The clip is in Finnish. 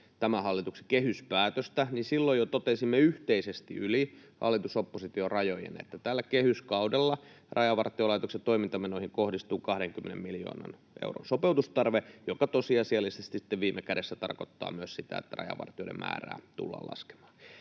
hallituksen kehyspäätöstä, niin silloin jo totesimme yhteisesti yli hallitus—oppositio-rajojen, että tällä kehyskaudella Rajavartiolaitoksen toimintamenoihin kohdistuu 20 miljoonan euron sopeutustarve, joka tosiasiallisesti sitten viime kädessä tarkoittaa myös sitä, että rajavartijoiden määrää tullaan laskemaan.